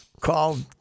called